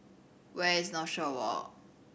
where is Northshore Walk